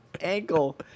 ankle